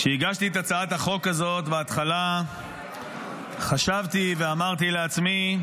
כשהגשתי את הצעת החוק הזאת בהתחלה חשבתי ואמרתי לעצמי,